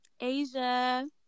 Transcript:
Asia